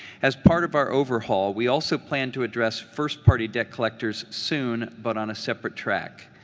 as part of our overhaul, we also plan to address first-party debt collectors soon but on a separate track.